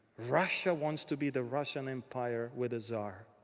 russia wants to be the russian empire with a czar.